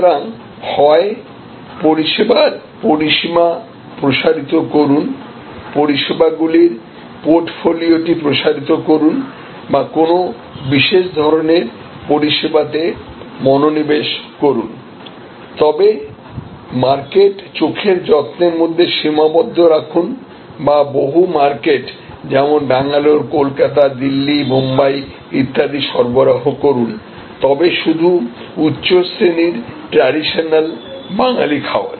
সুতরাং হয় পরিষেবার পরিসীমা প্রসারিত করুন পরিষেবাগুলির পোর্টফোলিওটি প্রসারিত করুন বা কোনও বিশেষ ধরণের পরিষেবাতে মনোনিবেশ করুন তবে মার্কেট চোখের যত্নের মধ্যে সীমাবদ্ধ রাখুন বা বহু মার্কেট যেমন বেঙ্গালুরু কলকাতা দিল্লি বোম্বাই ইত্যাদি সরবরাহ করুন তবে শুধু উচ্চশ্রেণীর ট্র্যাডিশনাল বাঙালি খাবার